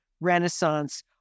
renaissance